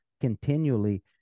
continually